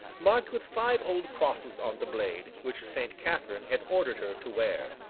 marked with five old crosses on the blade, which saint catherine had ordered her to wear.